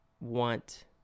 want